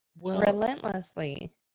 relentlessly